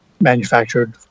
manufactured